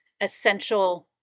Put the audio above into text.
essential